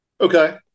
Okay